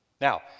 Now